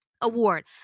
Award